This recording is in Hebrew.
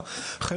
מקצוע אדיר לחיים.